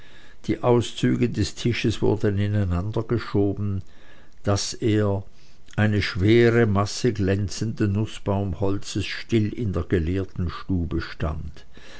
die auszüge des tisches wurden ineinandergeschoben daß er eine schwere masse glänzenden nußbaumholzes still in der geleerten stube stand